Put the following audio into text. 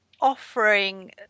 offering